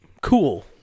cool